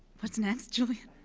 what's next, julian?